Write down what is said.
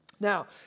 Now